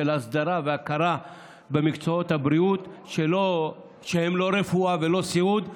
ההסדרה וההכרה במקצועות הבריאות שהם לא רפואה ולא סיעוד,